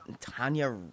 Tanya